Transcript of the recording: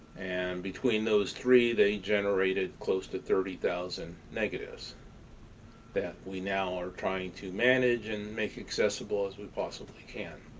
and between those three they generated close to thirty thousand negatives that we now are trying to manage and make accessible as we possibly can.